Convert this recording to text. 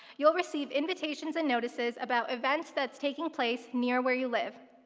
you'll receive invitations and notices about events that's taking place near where you live.